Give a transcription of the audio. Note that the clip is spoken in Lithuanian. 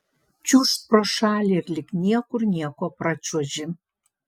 čiūžt pro šalį ir lyg niekur nieko pračiuoži